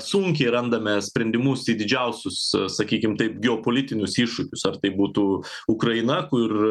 sunkiai randame sprendimus į didžiausius sakykim taip geopolitinius iššūkius ar tai būtų ukraina kur